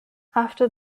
after